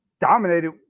dominated